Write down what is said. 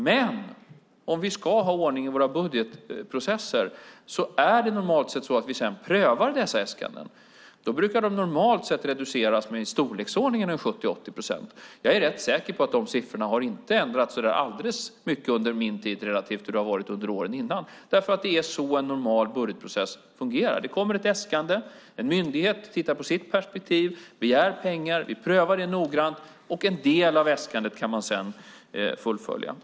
Men för att vi ska ha ordning i våra budgetprocesser prövar vi sedan dessa äskanden. Då brukar de normalt reduceras med i storleksordningen 70-80 procent. Jag är rätt säker på att de siffrorna inte har ändrats så där alldeles mycket under min tid relativt hur det varit under åren innan, därför att det är så en normal budgetprocess fungerar. Det kommer ett äskande. En myndighet begär pengar utifrån sitt perspektiv. Vi prövar det noggrant, och en del av äskandet kan man sedan fullfölja.